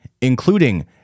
including